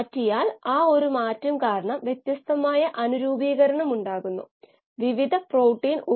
KCl ആണ് electrolyte